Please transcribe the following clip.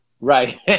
Right